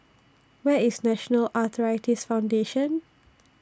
Where IS National Arthritis Foundation